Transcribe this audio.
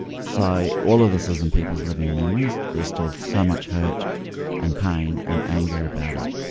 so all of this is in people's living memories, there's still so much hurt and pain and anger about it.